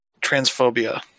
transphobia